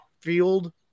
field